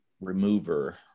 remover